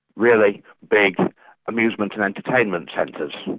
really big amusement and entertainment centres,